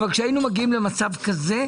כשהיינו מגיעים למצב כזה,